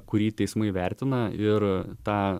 kurį teismai vertina ir tą